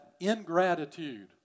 ingratitude